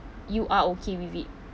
you are okay with it